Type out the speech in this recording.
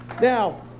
Now